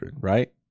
right